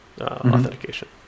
authentication